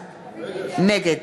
נגד